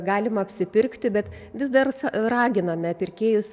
galima apsipirkti bet vis dar raginame pirkėjus